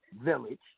village